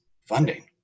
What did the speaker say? funding